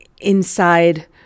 inside